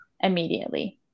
immediately